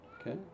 Okay